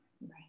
Right